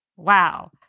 Wow